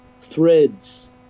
threads